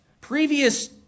Previous